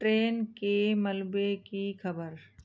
train के मलबे की खबर